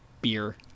beer